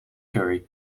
curry